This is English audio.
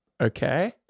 Okay